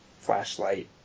Flashlight